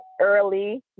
early